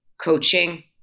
coaching